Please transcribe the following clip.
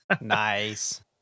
Nice